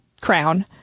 crown